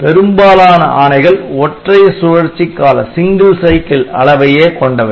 பெரும்பாலான ஆணைகள் ஒற்றை சுழற்சிக் கால அளவையே கொண்டவை